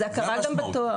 זו הכרה בתואר.